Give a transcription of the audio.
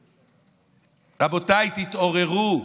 רבותיי, תתעוררו.